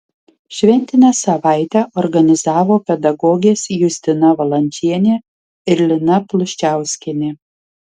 šventinę savaitę organizavo pedagogės justina valančienė ir lina pluščiauskienė